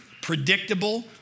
predictable